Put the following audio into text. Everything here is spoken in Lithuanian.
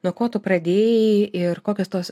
nuo ko tu pradėjai ir kokios tos